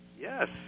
Yes